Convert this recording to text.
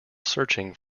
searching